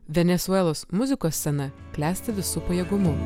venesuelos muzikos scena klesti visu pajėgumu